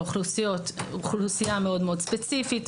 באוכלוסייה מאוד מאוד ספציפית,